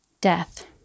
death